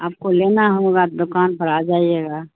آپ کو لینا ہوگا دکان پر آ جائیے گا